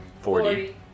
Forty